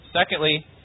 Secondly